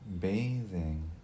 bathing